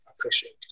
appreciate